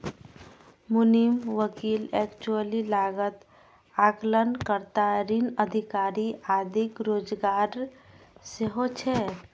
मुनीम, वकील, एक्चुअरी, लागत आकलन कर्ता, ऋण अधिकारी आदिक रोजगार सेहो छै